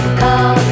call